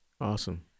Awesome